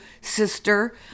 sister